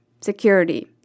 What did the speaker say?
security